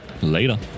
Later